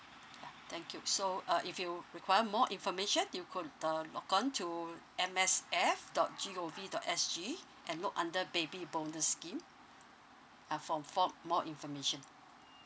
ya thank you so uh if you require more information you could uh logon to M S F dot G O V dot S G and look under baby bonus scheme uh form for more information